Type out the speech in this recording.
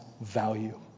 value